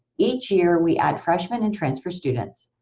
each year, we add freshmen and transfer students.